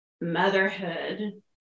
motherhood